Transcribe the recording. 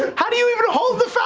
how do you even hold the